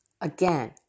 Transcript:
Again